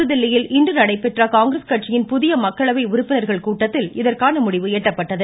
புதுதில்லியில் இன்று நடைபெற்ற காங்கிரஸ் கட்சியின் புதிய மக்களவை உறுப்பினர்கள் கூட்டத்தில் இதற்கான முடிவு எட்டப்பட்டது